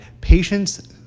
patients